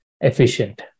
efficient